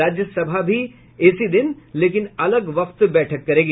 राज्य सभा भी इसी दिन लेकिन अलग वक्त बैठक करेगी